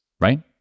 Right